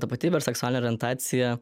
tapatybė ir seksualinė orientacija